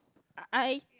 I